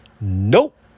Nope